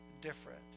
different